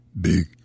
Big